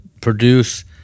produce